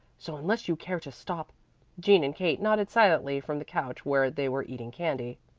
so unless you care to stop jean and kate nodded silently from the couch where they were eating candy.